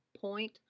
point